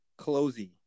closey